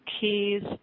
keys